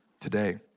today